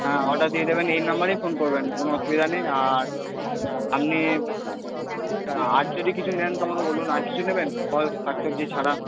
হ্যাঁ অর্ডার দিয়ে দেবেন এই নম্বরেই ফোন করবেন কোনও অসুবিধা নেই আর আপনি আর যদি কিছু নেন তো আমাকে বলুন আর কিছু নেবেন ফল শাক সবজি ছাড়া